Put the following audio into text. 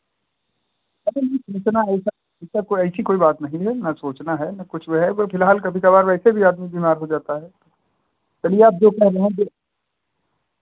अरे नहीं इतना ऐसा इतना कोई ऐसी कोई बात नहीं है ना सोचना है ना कुछ है फिलहाल कभी कभार वैसे भी आदमी बीमार हो जाता है चलिए आप जो कह रहे हैं